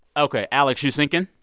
ok. alex, you sync in?